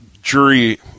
jury